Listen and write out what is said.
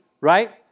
right